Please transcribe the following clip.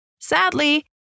Sadly